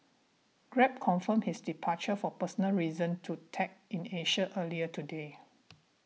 grab confirmed his departure for personal reasons to Tech in Asia earlier today